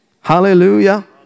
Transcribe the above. Hallelujah